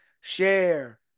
share